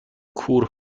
کور